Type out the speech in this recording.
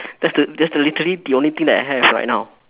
that's the that's the literally the only thing that I have right now